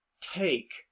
take